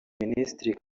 minisitiri